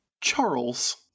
Charles